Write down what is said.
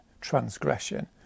transgression